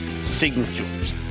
Signature's